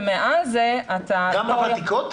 ומעל זה אתה --- גם בוותיקות?